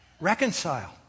reconcile